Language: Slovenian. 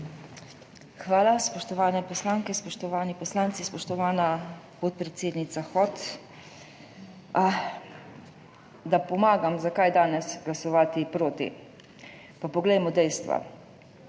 Hvala. Spoštovane poslanke, spoštovani poslanci, spoštovana podpredsednica Hot! Da pomagam, zakaj danes glasovati proti. Pa poglejmo dejstva.